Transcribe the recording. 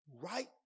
right